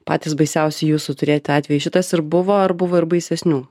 patys baisiausi jūsų turėti atvejai šitas ir buvo ar buvo ir baisesnių